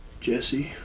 Jesse